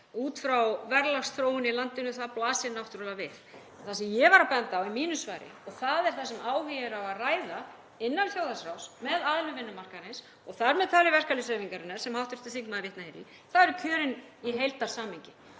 út frá verðlagsþróun í landinu, það blasir náttúrlega við. En það sem ég var að benda á í mínu svari, og það er það sem áhugi er á að ræða innan þjóðhagsráðs með aðilum vinnumarkaðarins og þar með talið verkalýðshreyfingarinnar sem hv. þingmaður vitnaði í, eru kjörin í heildarsamhengi